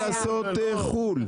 אז אפשר לעשות חו"ל.